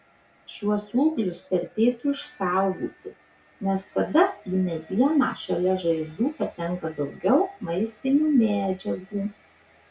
šiuos ūglius vertėtų išsaugoti nes tada į medieną šalia žaizdų patenka daugiau maistinių medžiagų